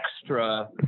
extra